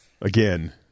Again